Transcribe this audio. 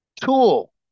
tool